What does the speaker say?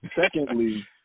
Secondly